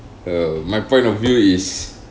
uh my point of view is